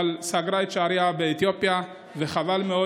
אבל סגרה את שעריה לאתיופיה, וחבל מאוד.